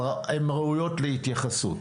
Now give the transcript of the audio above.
אבל הם ראויות להתייחסות.